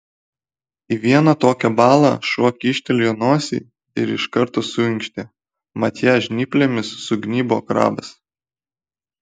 į vieną tokią balą šuo kyštelėjo nosį ir iš karto suinkštė mat ją žnyplėmis sugnybo krabas